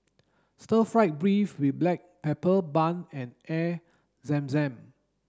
stir fried beef with black pepper bun and Air Zam Zam